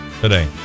today